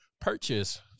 purchase